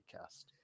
cast